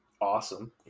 awesome